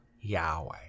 Yahweh